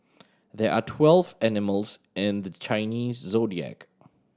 there are twelve animals in the Chinese Zodiac